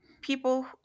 people